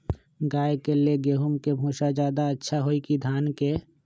गाय के ले गेंहू के भूसा ज्यादा अच्छा होई की धान के?